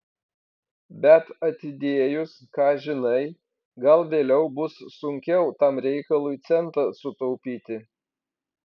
bet atidėjus ką žinai gal vėliau bus sunkiau tam reikalui centą sutaupyti